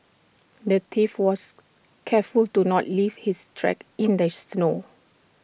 the thief was careful to not leave his tracks in the snow